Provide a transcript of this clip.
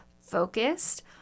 focused